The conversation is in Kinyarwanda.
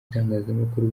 itangazamakuru